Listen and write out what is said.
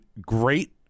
great